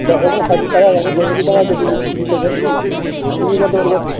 কখনও ষাট টাকা কখনও পঁয়ষট্টি টাকা কেজি বিক্রি তো করছি তুমি কত করে করছো